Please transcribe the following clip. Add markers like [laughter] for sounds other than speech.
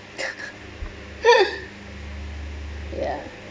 [laughs] yeah